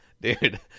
Dude